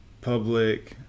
public